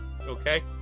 Okay